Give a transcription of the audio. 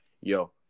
yo